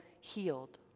healed